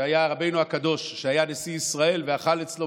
חבריי חברי הכנסת,